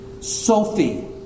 sophie